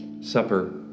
supper